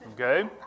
okay